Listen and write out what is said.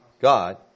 God